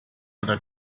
other